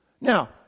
Now